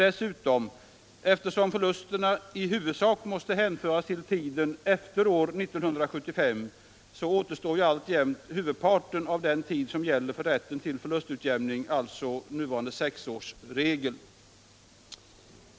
Eftersom förlusterna i huvudsak måste hänföras till tiden efter år 1975 återstår dessutom alltjämt huvudparten av den tid som gäller för rätten till förlustutjämning, alltså sex år.